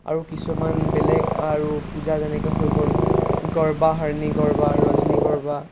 আৰু কিছুমান বেলেগ আৰু পূজা যেনেকৈ হৈ গ'ল গৰ্বা হৰ্নি গৰ্বা ৰজনি গৰ্বা